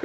privati?